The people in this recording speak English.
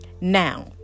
now